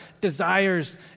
desires